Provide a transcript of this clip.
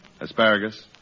asparagus